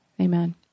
Amen